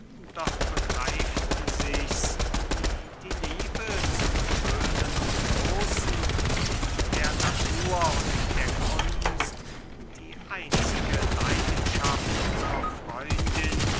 doch begreift sichs wie die liebe zum schönen und großen in der natur und der kunst die einzige leidenschaft unsrer freundin